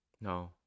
No